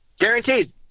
Guaranteed